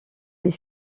des